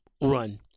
run